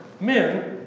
men